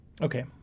Okay